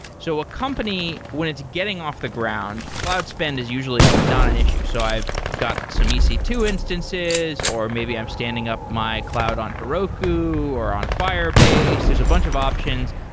so a company, when it's getting off the ground, cloud spend is usually not an issue. so i've got some e c two instances, or maybe i'm standing up my cloud on heroku, or on firebase. there's a bunch of options,